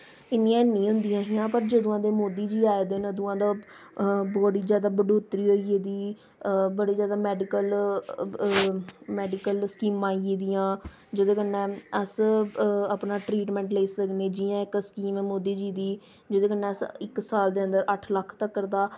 इन्नियां नेईं होंदियां हां पर जदूआं दे मोदी जी आए दे न अदूआं दा बड़ा जादा बढ़ोतरी होई गेदी बड़े जादा मैडिकल मैडिकल स्कीमां आई गेदियां जेह्दे कन्नै अस अपना ट्रीटमैंट लेई सकने जियां इक स्कीम ऐ मोदी जी दी जेह्दे कन्नै अस इक साल दे अंदर अट्ठ लक्ख तकर दा